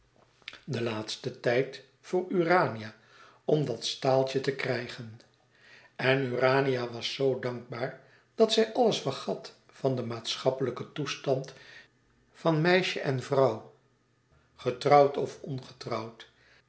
den laatsten tijd voor urania om dat staaltje te krijgen en urania was zoo dankbaar dat zij alles vergat van den maatschappelijken toestand van meisje en vrouw getrouwd of ongetrouwd